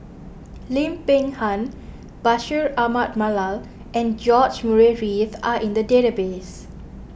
Lim Peng Han Bashir Ahmad Mallal and George Murray Reith are in the database